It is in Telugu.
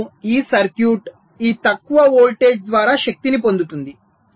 ఇప్పుడు ఈ సర్క్యూట్ ఈ తక్కువ వోల్టేజ్ ద్వారా శక్తిని పొందుతుంది